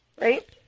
right